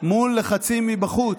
מול לחצים מבחוץ.